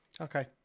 okay